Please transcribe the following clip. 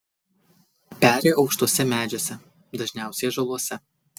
peri aukštuose medžiuose dažniausiai ąžuoluose